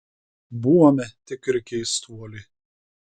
buome tikri keistuoliai